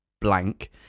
blank